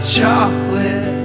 chocolate